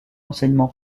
l’enseignement